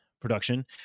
production